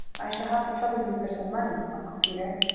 i shall have to trouble you for some money, uncle peter.